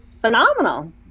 phenomenal